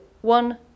one